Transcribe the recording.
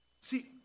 See